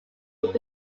would